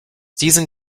diesen